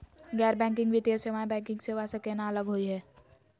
गैर बैंकिंग वित्तीय सेवाएं, बैंकिंग सेवा स केना अलग होई हे?